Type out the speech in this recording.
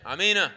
Amen